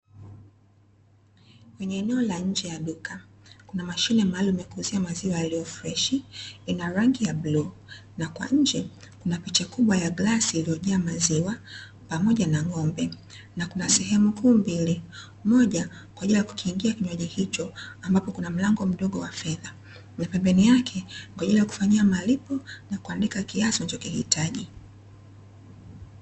Eneo la nje ya duka kuna mashine maalumu ya kuuzia maziwa freshi, ina rangi ya bluu, na kwa nje kuna picha kubwa ya glasi iliyojaa maziwa pamoja na ng'ombe, na kuna sehemu kuu mbili moja ya kukingia kinywaji hicho ambacho kuna mlango, mdogo wa fedha na pembeni yake kwa ajili ya kufanyia malipo na kuandika kiasi unacho kihitaji.